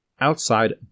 outside